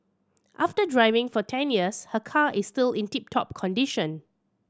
after driving for ten years her car is still in tip top condition